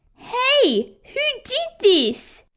hey! who did this?